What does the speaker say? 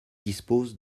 dispose